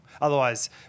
Otherwise